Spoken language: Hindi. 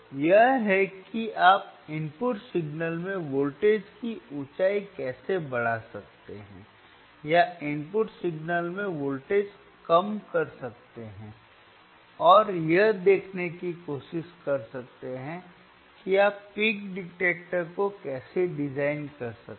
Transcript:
तो यह है कि आप इनपुट सिग्नल में वोल्टेज की ऊँचाई कैसे बढ़ा सकते हैं या इनपुट सिग्नल में वोल्टेज कम कर सकते हैं और यह देखने की कोशिश कर सकते हैं कि आप पीक डिटेक्टर को कैसे डिज़ाइन कर सकते हैं